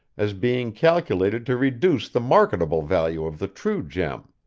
as being calculated to reduce the marketable value of the true gem.